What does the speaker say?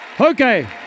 Okay